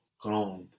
grande